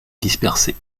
dispersés